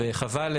וחבל,